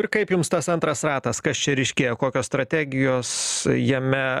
ir kaip jums tas antras ratas kas čia ryškėja kokios strategijos jame